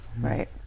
Right